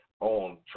on